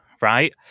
right